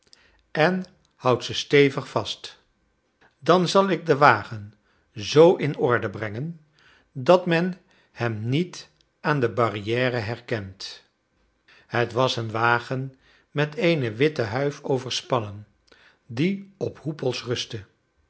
en houd ze stevig vast dan zal ik den wagen z in orde brengen dat men hem niet aan de barrière herkent het was een wagen met eene witte huif overspannen die op hoepels rustte